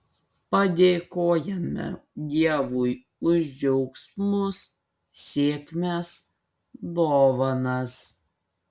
padėkojame dievui už džiaugsmus sėkmes dovanas